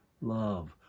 love